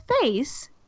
face